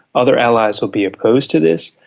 other allies will be opposed to this.